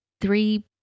three